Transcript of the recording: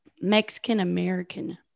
Mexican-American